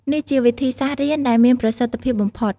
នេះជាវិធីសាស្ត្ររៀនដែលមានប្រសិទ្ធភាពបំផុត។